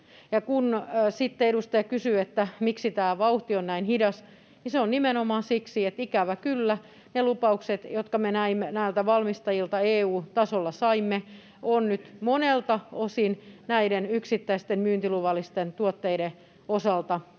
Edustaja kysyi, miksi tämä vauhti on näin hidas. Nimenomaan siksi, että ikävä kyllä ne lupaukset, jotka me näiltä valmistajilta EU-tasolla saimme, on nyt monelta osin näiden yksittäisten myyntiluvallisten tuotteiden osalta petetty.